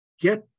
get